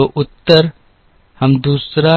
तो उत्तर हम दूसरा